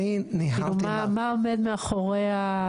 מה עומד מאחורי?